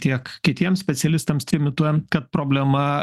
tiek kitiems specialistams trimituojant kad problema